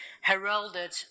heralded